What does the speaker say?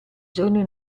giorni